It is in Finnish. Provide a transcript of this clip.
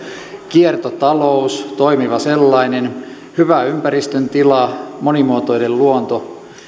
kiertotalous toimiva sellainen hyvä ympäristön tila monimuotoinen luonto